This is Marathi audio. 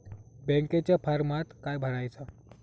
बँकेच्या फारमात काय भरायचा?